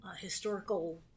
historical